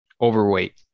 overweight